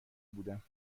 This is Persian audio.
بودم